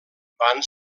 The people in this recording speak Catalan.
van